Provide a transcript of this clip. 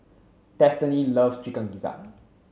Destiny loves chicken gizzard